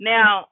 Now